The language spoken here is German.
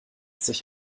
sich